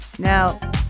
Now